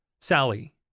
Sally